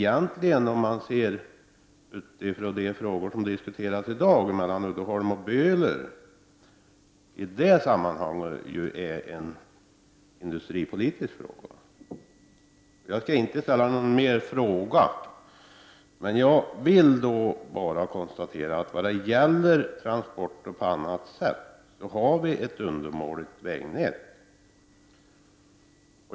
Sett utifrån de diskussioner som i dag pågår mellan Uddeholm och Böhler är ju detta en industripolitisk fråga. Jag skall inte ställa några ytterligare frågor, men jag vill konstatera att vi, när det gäller andra former av transporter, har ett undermåligt vägnät.